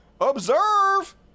observe